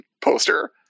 poster